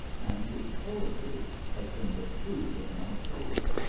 and his poetry has been the food of my soul.